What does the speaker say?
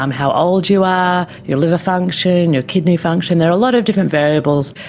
um how old you are, your liver function, your kidney function, there are a lot of different variables.